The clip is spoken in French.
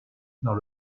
dans